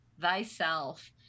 thyself